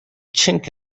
chink